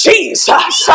Jesus